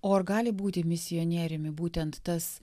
o ar gali būti misionieriumi būtent tas